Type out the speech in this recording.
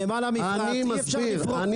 אני מסביר.